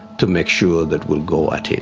to make sure that will go ahead.